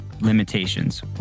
limitations